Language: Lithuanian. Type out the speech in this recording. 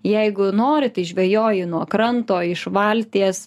jeigu nori tai žvejoji nuo kranto iš valties